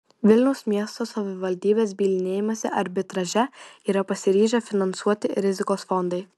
vilniaus miesto savivaldybės bylinėjimąsi arbitraže yra pasiryžę finansuoti rizikos fondai